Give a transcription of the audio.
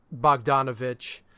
Bogdanovich